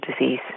disease